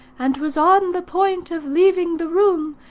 and was on the point of leaving the room,